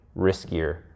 riskier